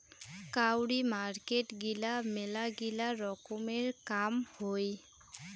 কাউরি মার্কেট গিলা মেলাগিলা রকমের কাম হই